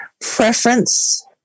preference